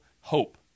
hope